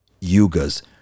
Yuga's